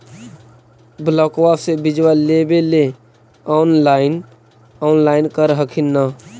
ब्लोक्बा से बिजबा लेबेले ऑनलाइन ऑनलाईन कर हखिन न?